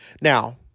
Now